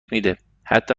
میده، حتا